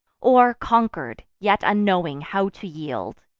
or, conquer'd, yet unknowing how to yield.